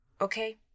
okay